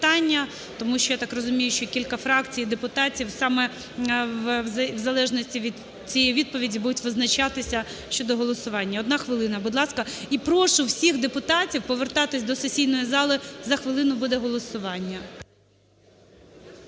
тому що я так розумію, що кілька фракцій і депутатів саме в залежності від цієї відповіді будуть визначатися щодо голосування. Одна хвилина, будь ласка. І прошу всіх депутатів повертатись до сесійної зали, за хвилину буде голосування.